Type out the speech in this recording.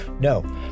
No